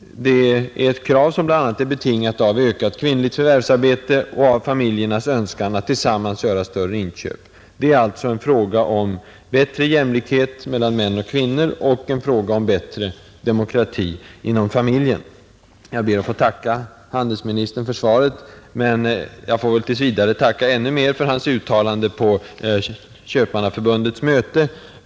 Detta krav är bl.a. betingat av ökat kvinnligt förvärvsarbete och av familjernas önskan att tillsammans göra större inköp. Det är alltså dels en fråga om bättre jämlikhet mellan män och kvinnor, dels en fråga om bättre demokrati inom familjen.” Jag ber att få tacka handelsministern för svaret på min fråga, men jag får tills vidare tacka ännu mer för hans uttalande på Köpmannaförbundets möte.